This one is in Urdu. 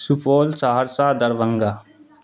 سپول سہرسہ دربھنگہ